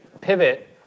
pivot